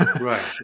Right